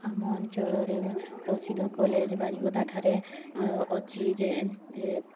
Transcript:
ଆମ ଅଞ୍ଚଳରେ ପ୍ରସିଦ୍ଧ କଲେଜ୍ ବାରିପଦା ଠାରେ ଅଛି ଯେ ଯେ